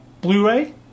Blu-ray